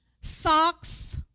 socks